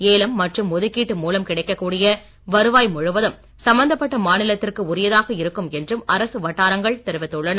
ஏலம் மற்றும் ஒதுக்கீட்டு மூலம் கிடைக்க கூடிய வருவாய் முழுவதும் சம்பந்தப்பட்ட மாநிலத்திற்கு உரியதாக இருக்கும் என்றும் அரசு வட்டாரங்கள் தெரிவித்துள்ளன